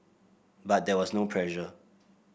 but there was no pressure